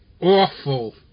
awful